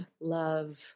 love